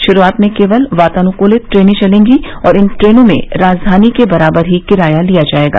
शुरुआत में केवल वातानुकूलित ट्रेनें चलेंगी और इन ट्रेनों में राजधानी के बराबर ही किराया लिया जाएगा